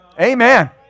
Amen